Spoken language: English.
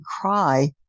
cry